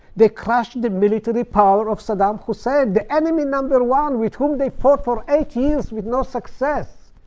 they crushed the military power of saddam hussein, the enemy number one with whom they fought for eight years with no success.